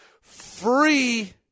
Free